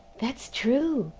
that's true,